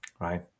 right